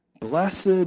blessed